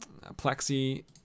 Plexi